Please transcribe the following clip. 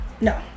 no